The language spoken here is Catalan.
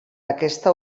aquesta